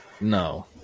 No